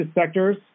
sectors